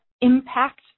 impact